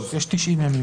חבר הכנסת מקלב,